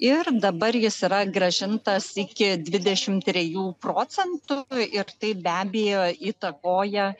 ir dabar jis yra grąžintas iki dvidešimt trijų procentų ir tai be abejo įtakoja